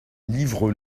livre